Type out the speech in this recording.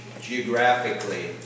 geographically